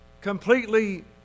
completely